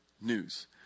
news